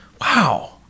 Wow